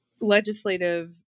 legislative